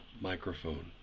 microphone